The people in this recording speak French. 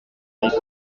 étage